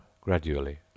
gradually